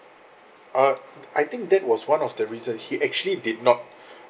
uh I think that was one of the reason he actually did not